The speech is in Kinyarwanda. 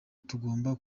tugomba